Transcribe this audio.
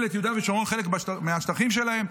את יהודה והשומרון כחלק מהשטחים שלהם,